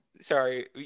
Sorry